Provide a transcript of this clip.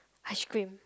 ice cream